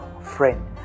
friend